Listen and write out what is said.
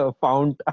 found